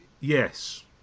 yes